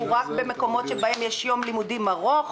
הוא רק במקומות שבהם יש יום לימודים ארוך